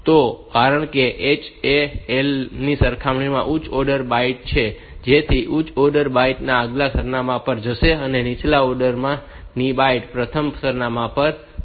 તો કારણ કે H એ L ની સરખામણીમાં ઉચ્ચ ઓર્ડર બાઈટ છે જેથી ઉચ્ચ ઓર્ડર બાઈટ આગલા સરનામા પર જશે અને નીચલા ઓર્ડર ની બાઈટ પ્રથમ સરનામા પર જશે